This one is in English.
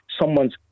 someone's